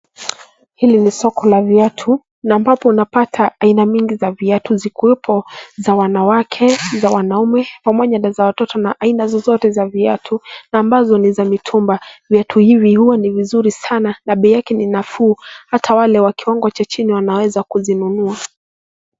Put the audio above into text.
Hili ni soko la viatu na ambapo unapata aina mingi za viatu zikiwepo za wanawake, za wanaume pamoja na za watoto na aina zozote za viatu na ambazo ni za mitumba. Viatu hivi huwa ni vizuri sana na bei yake ni nafuu hata wale wa kiwango cha chini wanaweza kuzinunua.